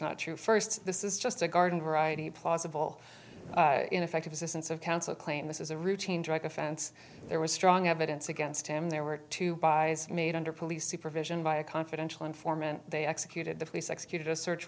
not true first this is just a garden variety plausible ineffective assistance of counsel claim this is a routine drug offense there was strong evidence against him there were two bias made under police supervision by a confidential informant they executed the police executed a search